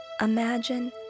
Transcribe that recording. Imagine